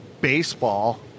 baseball